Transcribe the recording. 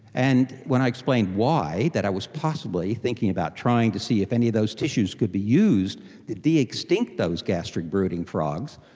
and when i explained why, that i was possibly thinking about trying to see if any of those tissues could be used to de-extinct those gastric brooding frogs,